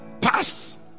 past